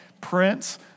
Prince